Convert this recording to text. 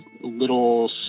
little